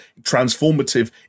Transformative